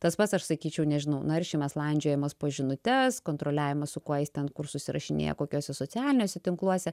tas pats aš sakyčiau nežinau naršymas landžiojimas po žinutes kontroliavimas su kuo jis ten kur susirašinėja kokiuose socialiniuose tinkluose